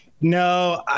No